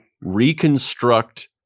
reconstruct